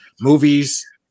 movies